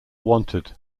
wanted